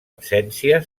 absència